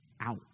out